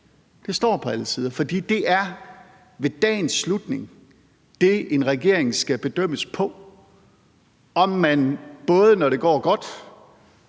det står på alle sider, fordi det ved dagens slutning er det, en regering skal bedømmes på: om man, både når det går godt,